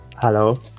Hello